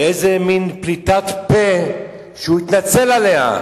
איזה מין פליטת פה, שהוא התנצל עליה,